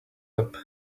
top